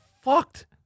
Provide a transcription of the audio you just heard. fucked